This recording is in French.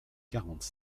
quarante